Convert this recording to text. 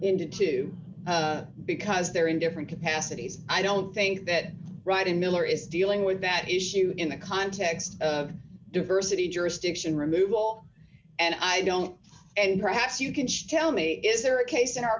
two because they're in different capacities i don't think that right and miller is dealing with that issue in the context of diversity jurisdiction removal and i don't and perhaps you can tell me is there a case in our